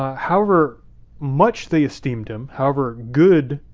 um however much they esteemed him, however good,